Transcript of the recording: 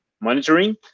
monitoring